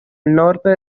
norte